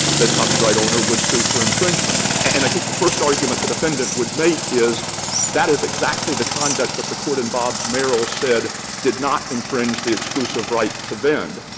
the copyright owner would sue for infringement. and i think the first argument the defendant would make is that is exactly the conduct that the court in bobbs-merrill said did not infringe the exclusive right to vend.